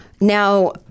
now